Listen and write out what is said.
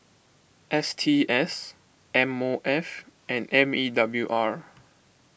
S T S M O F and M E W R